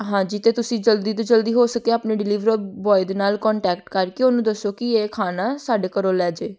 ਹਾਂਜੀ ਅਤੇ ਤੁਸੀਂ ਜਲਦੀ ਤੋਂ ਜਲਦੀ ਹੋ ਸਕੇ ਆਪਣੇ ਡਿਲੀਵਰ ਬੋਆਏ ਦੇ ਨਾਲ ਕੋਂਟੈਕਟ ਕਰਕੇ ਉਹਨੂੰ ਦੱਸੋ ਕਿ ਇਹ ਖਾਣਾ ਸਾਡੇ ਘਰੋਂ ਲੈ ਜਾਵੇ